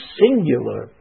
singular